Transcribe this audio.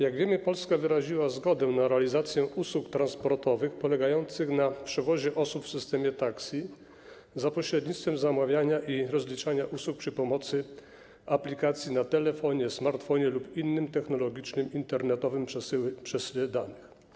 Jak wiemy, Polska wyraziła zgodę na realizację usług transportowych polegających na przewozie osób w systemie taxi za pośrednictwem zamawiania i rozliczania usług za pomocą aplikacji na telefonie, smartfonie lub innym technologicznym internetowym przesyle danych.